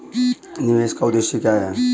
निवेश का उद्देश्य क्या है?